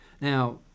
Now